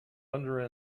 under